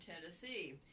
tennessee